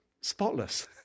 spotless